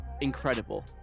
incredible